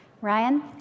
Ryan